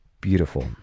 Beautiful